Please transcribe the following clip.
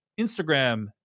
Instagram